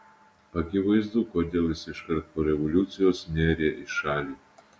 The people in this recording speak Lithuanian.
akivaizdu kodėl jis iškart po revoliucijos nėrė į šalį